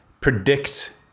predict